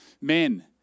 men